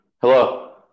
hello